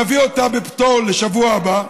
נביא אותה בפטור לשבוע הבא,